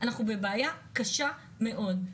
אנחנו בבעיה קשה מאוד.